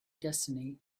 destiny